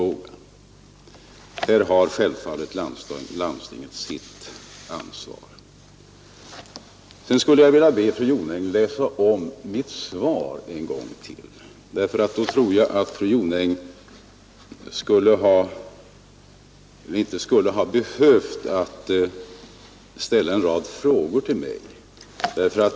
Där är det självfallet landstinget som har ansvaret. Vidare vill jag be fru Jonäng att läsa om mitt svar. Om fru Jonäng hade läst svaret litet mera noggrant, så tror jag inte att hon skulle ha behövt ställa en rad frågor till mig.